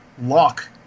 lock